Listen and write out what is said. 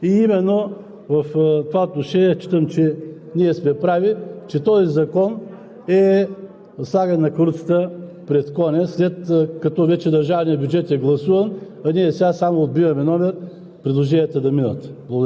Те след като не влияят на държавния бюджет, това означава, че Министерският съвет също не носи отговорност за окомплектоването на Българската армия. Именно в това отношение считам, че ние сме прави, че този закон